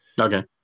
Okay